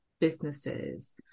businesses